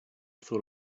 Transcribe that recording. thought